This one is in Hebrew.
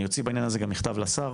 אני אוציא בעניין הזה גם מכתב לשר,